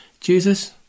Jesus